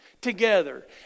together